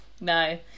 no